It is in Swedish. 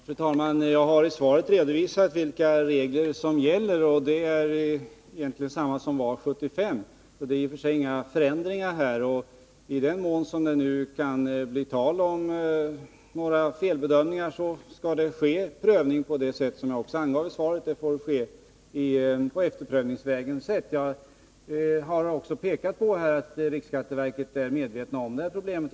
Fru talman! Jag har i svaret redovisat vilka regler som gäller, och det är Tisdagen den egentligen desamma som 1975. Det har i och för sig inte gjorts några 31 mars 1981 förändringar. I den mån det kan bli tal om felbedömningar, så skall det ske prövning på det sätt som jag angav i svaret. Det får alltså ske efterprövningsvägen. Jag har också pekat på att riksskatteverket är medvetet om detta problem.